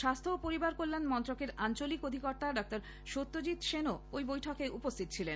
স্বাস্হ্য ও পরিবার কল্যাণ মন্ত্রকের আঞ্চলিক অধিকর্তা ডঃ সত্যজিত সেনও ওই বৈঠকে উপস্হিত ছিলেন